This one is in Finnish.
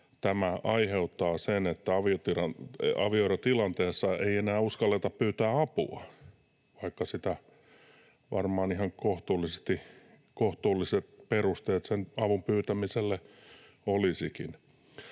tämä aiheuttaa sen, että avioerotilanteessa ei enää uskalleta pyytää apua, vaikka varmaan ihan kohtuulliset perusteet sen avun pyytämiselle olisikin.